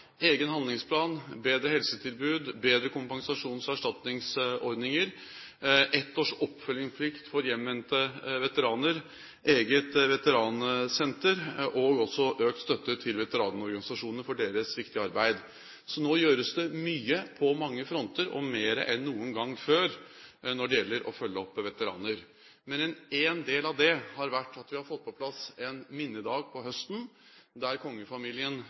egen handlingsplan, bedre helsetilbud, bedre kompensasjons- og erstatningsordninger, ett års oppfølgingsplikt for hjemvendte veteraner, eget veteransenter og økt støtte til veteranorganisasjonene for deres viktige arbeid. Så nå gjøres det mye på mange fronter, og mer enn noen gang før når det gjelder å følge opp veteraner. En del av det har vært at vi har fått på plass en minnedag om høsten, der